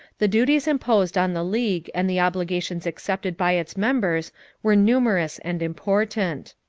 the duties imposed on the league and the obligations accepted by its members were numerous and important.